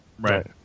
Right